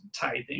tithing